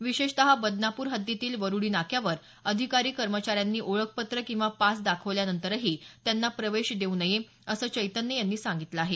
विशेषत बदनापूर हद्दीतील वरुडी नाक्यावर अधिकारी कर्मचाऱ्यांनी ओळखपत्र किंवा पास दाखवल्यानंतरही त्यांना प्रवेश देऊ नये असं चैतन्य यांनी सांगितलं आहे